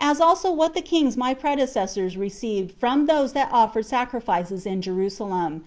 as also what the kings my predecessors received from those that offered sacrifices in jerusalem,